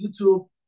YouTube